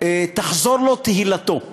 תחזור לו תהילתו,